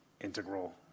integral